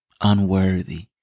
unworthy